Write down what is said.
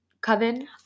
Coven